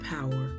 power